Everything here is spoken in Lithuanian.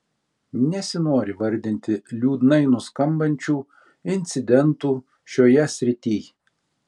nesinori vardinti liūdnai nuskambančių incidentų šioje srityj